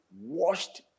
washed